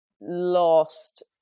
lost